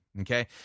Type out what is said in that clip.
Okay